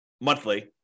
monthly